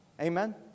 Amen